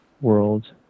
world